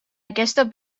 aquesta